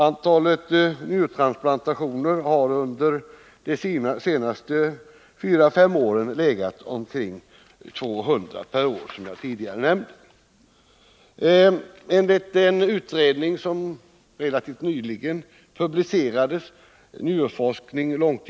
Antalet njurtransplantationer har under de senaste fyra fem åren legat omkring 200 per år, som jag tidigare nämnt. Enligt den utredning som relativt nyligen publicerats — Njurforskning i Sverige.